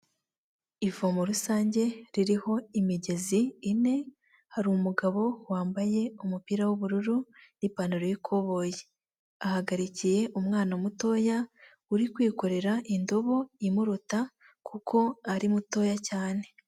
Ivomo rusange ririho imigezi ine, hari umugabo wambaye umupira w'ubururu n'ipantaro y'ikuboyi, ahagarikiye umwana mutoya uri kwikorera indobo imuruta kuko ari mutoya cyane.